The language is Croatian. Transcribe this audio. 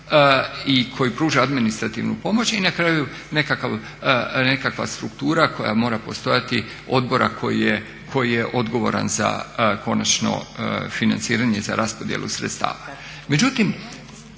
i koji pruža administrativnu pomoć i na kraju nekakva struktura koja mora postojati odbora koji je odgovoran za konačno financiranje, za raspodjelu sredstava.